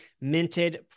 minted